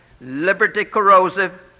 liberty-corrosive